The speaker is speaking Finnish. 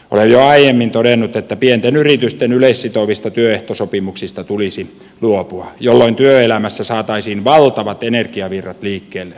olen jo aiemmin todennut että pienten yritysten yleissitovista työehtosopimuksista tulisi luopua jolloin työelämässä saataisiin valtavat energiavirrat liikkeelle